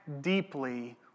deeply